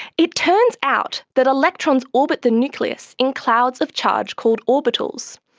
it turns out that electrons orbit the nucleus in clouds of charge called orbitals,